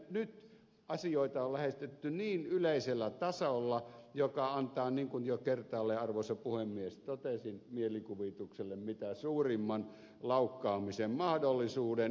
nyt asioita on lähestytty niin yleisellä tasolla että se antaa niin kuin jo kertaalleen arvoisa puhemies totesin mielikuvitukselle mitä suurimman laukkaamisen mahdollisuuden